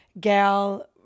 gal